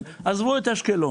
עזבו את אשקלון.